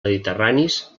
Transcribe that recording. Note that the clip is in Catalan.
mediterranis